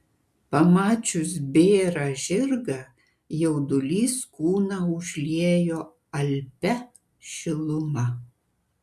pamačius bėrą žirgą jaudulys kūną užliejo alpia šiluma